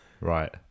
Right